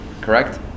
correct